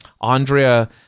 Andrea